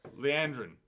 Leandrin